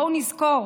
בואו נזכור: